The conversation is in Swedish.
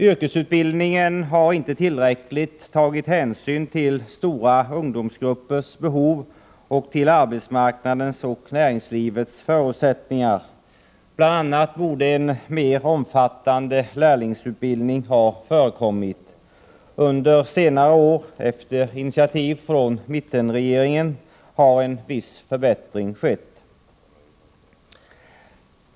Yrkesutbildningen har inte tillräckligt tagit hänsyn till stora ungdomsgruppers behov och till arbetsmarknadens och näringslivets förutsättningar. Bl.a. borde en mer omfattande lärlingsutbildning ha förekommit. Under senare år, efter initiativ från mittenregeringen, har en viss förbättring skett.